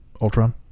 Ultron